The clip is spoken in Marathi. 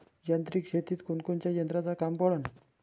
यांत्रिक शेतीत कोनकोनच्या यंत्राचं काम पडन?